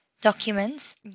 documents